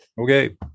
okay